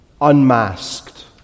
unmasked